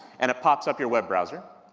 and it pops up your web browser.